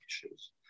issues